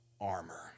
armor